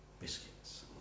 biscuits